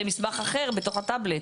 זה מסמך אחר בתוך הטאבלט.